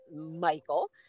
Michael